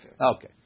Okay